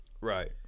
Right